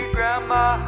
Grandma